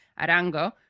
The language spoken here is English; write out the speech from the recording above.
Arango